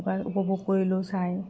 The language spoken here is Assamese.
উপভোগ কৰিলোঁ চাই